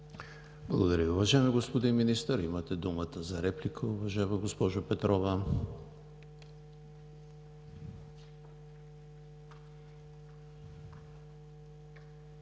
Благодаря Ви, уважаеми господин Министър. Имате думата за реплика, уважаема госпожо Петрова.